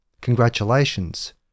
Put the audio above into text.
Congratulations